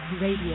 Radio